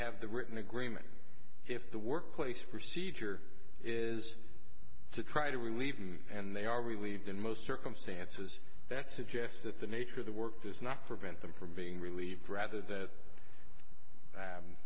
have the written agreement if the workplace procedure is to try to relieve you and they are relieved in most circumstances that suggest that the nature of the work does not prevent them from being relieved rather that